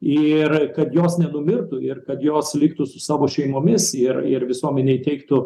ir kad jos nenumirtų ir kad jos liktų su savo šeimomis ir ir visuomenei teiktų